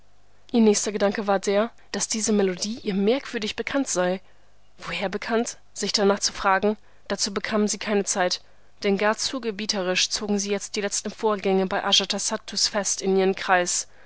ihr nächster gedanke war der daß diese melodie ihr merkwürdig bekannt sei woher bekannt sich danach zu fragen dazu bekam sie keine zelt denn gar zu gebieterisch zogen sie jetzt die letzten vorgänge bei ajatasattus fest in ihren kreis